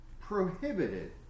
prohibited